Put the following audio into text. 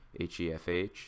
HEFH